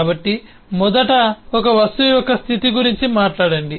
కాబట్టి మొదట ఒక వస్తువు యొక్క స్థితి గురించి మాట్లాడండి